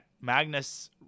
Magnus